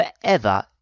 Forever